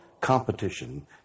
competition